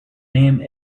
name